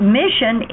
mission